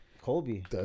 Colby